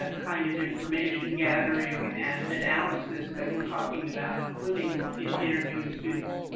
ah kind of information gathering and analysis that we're talking about, including interviewing students?